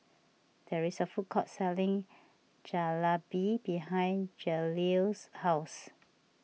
there is a food court selling Jalebi behind Jaleel's house